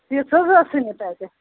تِژھ حظ ٲسٕے نہٕ تَتہِ